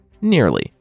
Nearly